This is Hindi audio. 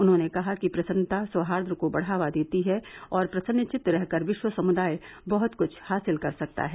उन्होंने कहा कि प्रसन्नता सौहार्द को बढ़ावा देती है और प्रसन्नवित्त रहकर विश्व समुदाय बहुत कृष्ठ हासिल कर सकता है